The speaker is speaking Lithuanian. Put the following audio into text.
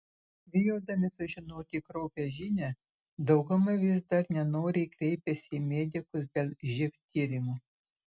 bijodami sužinoti kraupią žinią dauguma vis dar nenoriai kreipiasi į medikus dėl živ tyrimų